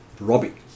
Robbie